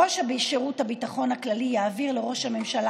ראש שירות הביטחון הכללי יעביר לראש הממשלה,